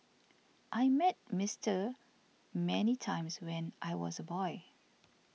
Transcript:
I met Mister many times when I was a boy